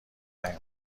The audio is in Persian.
نیومد